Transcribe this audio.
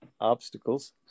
Obstacles